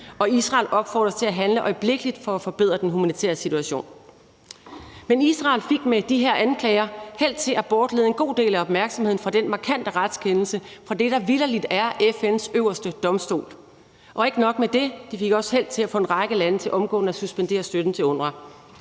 at Israel opfordres til at handle øjeblikkeligt for at forbedre den humanitære situation. Men Israel fik med de her anklager held til at bortlede en god del af opmærksomheden fra den markante retskendelse fra det, der vitterlig er FN's øverste domstol, og ikke nok med det fik de også held til at få en række lande til omgående at suspendere støtten til UNRWA,